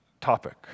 topic